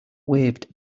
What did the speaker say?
waved